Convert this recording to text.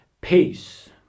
peace